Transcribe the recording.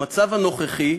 במצב הנוכחי,